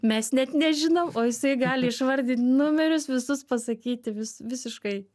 mes net nežinom o jisai gali išvardin numerius visus pasakyti vis visiškai